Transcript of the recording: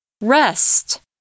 Rest